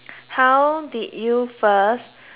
how did you first